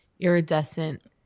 iridescent